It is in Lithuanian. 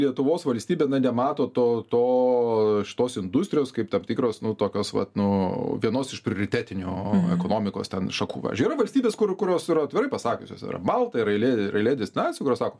lietuvos valstybė na nemato to to šitos industrijos kaip tam tikros nu tokios vat nu vienos iš prioritetinių ekonomikos ten šakų pavyzdžiui yra valstybės kur kurios yra atvirai pasakiusios yra malta ir eilė eilė distancijų kurios sako